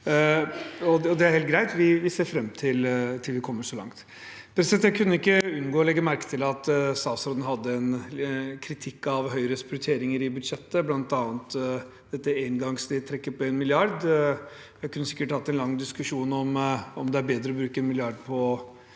det er helt greit. Vi ser fram til at en kommer så langt. Jeg kunne ikke unngå å legge merke til at statsråden hadde en kritikk av Høyres prioriteringer i budsjettet, bl.a. dette engangsnedtrekket på 1 mrd. kr. Vi kunne sikkert hatt en lang diskusjon om det er bedre å bruke 1 mrd. kr på